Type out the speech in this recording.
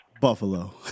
Buffalo